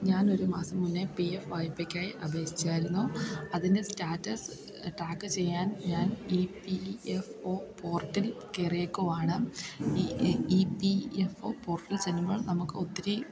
ഞാനൊരു മാസം മുന്നെ പീ എഫ് വായ്പ്പയ്ക്കായി അപേക്ഷിച്ചായിരുന്നു അതിൻ്റെ സ്റ്റാറ്റസ് ട്രാക്ക് ചെയ്യാൻ ഞാൻ ഈ പീ എഫ് ഒ പോർട്ടിൽ കയറിയേക്കുവാണ് ഇ ഇ ഈ പീ എഫ് ഒ പോർട്ടിൽ ചെല്ലുമ്പോൾ നമുക്കൊത്തിരി